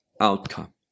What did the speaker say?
outcome